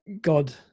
God